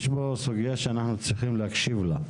יש כאן סוגיה שאנחנו צריכים להקשיב לה.